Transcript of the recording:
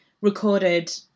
recorded